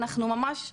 אנחנו ממש שם.